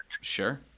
Sure